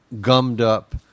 gummed-up